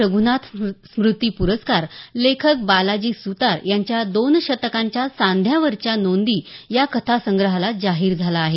रघ्नाथ स्मूती प्रस्कार लेखक बालाजी सुतार यांच्या दोन शतकांच्या सांध्यावरच्या नोंदी या कथासंग्रहाला जाहीर झाला आहे